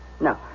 No